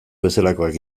bezalakoak